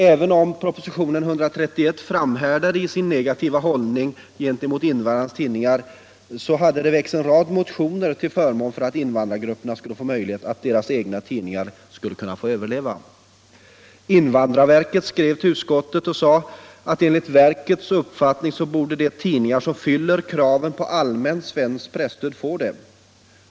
Även om propositionen 131 framhärdade i sin negativa hållning gentemot invandrarnas tidningar, så hade det väckts en rad motioner till förmån för att invandrargruppernas egna tidningar skulle få möjlighet att överleva. Invandrarverket skrev till utskottet och sade att enligt verkets uppfattning borde de tidningar som fyller kraven för allmänt svenskt presstöd få det.